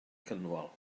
cynwal